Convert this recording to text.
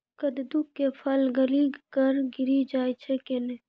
कददु के फल गली कऽ गिरी जाय छै कैने?